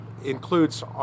includes